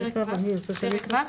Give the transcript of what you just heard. קיבלנו